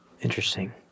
Interesting